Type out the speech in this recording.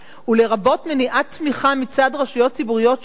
ולרבות מניעת תמיכה מצד רשויות ציבוריות שונות,